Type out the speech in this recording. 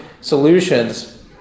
solutions